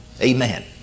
Amen